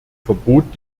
verbot